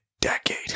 decade